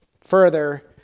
further